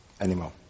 anymore